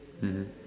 mmhmm